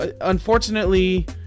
unfortunately